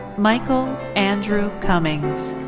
michael andrew cummings.